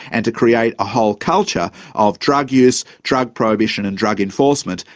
and to create a whole culture of drug use, drug prohibition and drug enforcement,